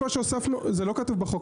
זה לא כתוב בחוק.